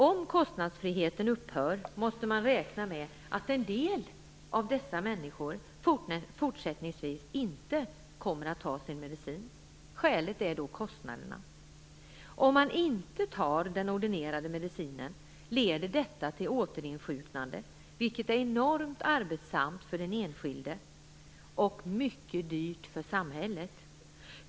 Om kostnadsfriheten upphör måste man räkna med att en del av dessa människor fortsättningsvis inte kommer att ta sin medicin. Skälet är kostnaderna. Om man inte tar den ordinerade medicinen leder detta till återinsjuknande, vilket är enormt arbetsamt för den enskilde och mycket dyrt för samhället.